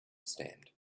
stand